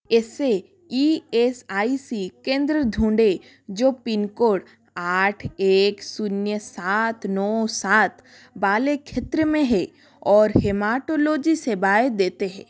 ऐसे E S I C केंद्र ढूँढे जो पिन कोड आठ एक शून्य सात नौ सात वाले क्षेत्र में हैं और हेमाटोलॉजी सेवाएँ देते हैं